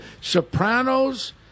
Sopranos